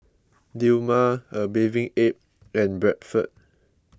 Dilmah A Bathing Ape and Bradford